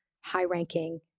high-ranking